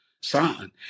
son